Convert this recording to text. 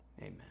amen